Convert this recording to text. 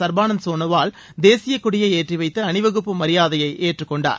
சர்பானந்த் சோனாவால் தேசியக்கொடியை ஏற்றி வைத்து அணிவகுப்பு மரியாதையை ஏற்றுக்கொண்டார்